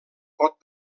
pot